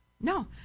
No